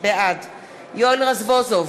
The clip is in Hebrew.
בעד יואל רזבוזוב,